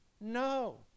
No